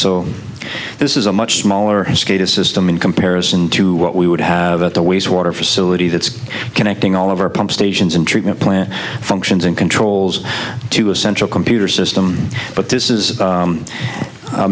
so this is a much smaller system in comparison to what we would have at the wastewater facility that's connecting all of our pump stations and treatment plant functions and controls to a central computer system but this is